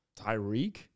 Tyreek